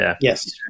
Yes